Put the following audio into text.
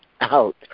out